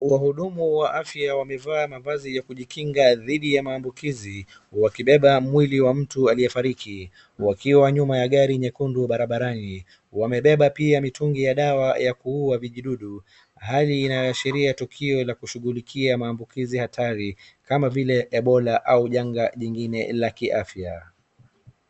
Mhudumu wa afya wamevaa mavazi ya kujikinga dhidi ya maambukizi wakibeba mwili wa mtu aliyefariki wakiwa nyuma ya gari nyekundu barabarani wamebeba pia mitungi ya dawa ya kuua vijidudu hali linaloashiria tukio la kushughulikia maambukizi hatari kama vile ebola au janga jingine la kiafya.